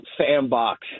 sandbox